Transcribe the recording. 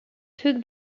took